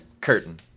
curtain